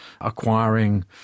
acquiring